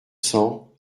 cents